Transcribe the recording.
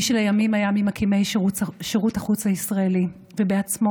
מי שלימים היה ממקימי שירות החוץ הישראלי ובעצמו